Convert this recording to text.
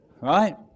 right